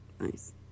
Nice